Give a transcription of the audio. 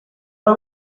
her